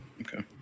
Okay